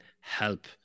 help